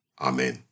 Amen